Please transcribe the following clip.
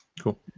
Cool